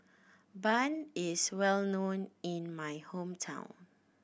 bun is well known in my hometown